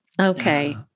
Okay